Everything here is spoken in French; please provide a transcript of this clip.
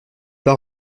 pas